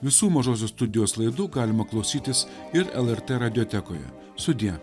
visų mažosios studijos laidų galima klausytis ir lrt radiotekoje sudie